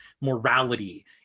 morality